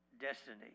destiny